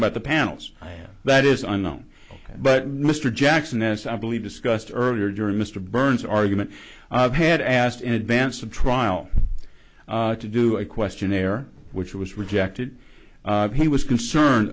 about the panels that is unknown but mr jackson as i believe discussed earlier during mr burns argument had asked in advance of trial to do a questionnaire which was rejected he was concerned